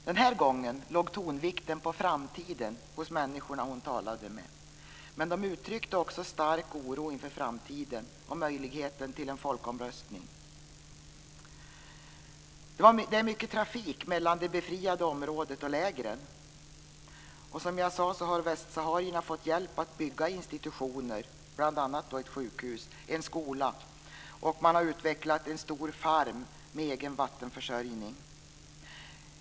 Den här gången låg tonvikten på framtiden hos de människor som hon talade med. Men de uttryckte också en stark oro inför framtiden och möjligheten till en folkomröstning. Det är mycket trafik mellan det befriade området och lägren. Som jag sade har västsaharierna fått hjälp med att bygga institutioner, bl.a. ett sjukhus och en skola. Och man har utvecklat en stor farm med egen vattenförsörjning.